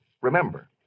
Remember